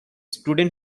student